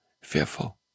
fearful